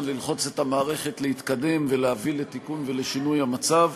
ללחוץ את המערכת להתקדם ולהביא ולתיקון ולשינוי המצב.